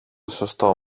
σωστό